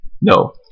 no